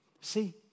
See